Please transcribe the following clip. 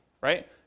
right